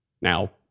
Now